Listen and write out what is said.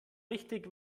richtig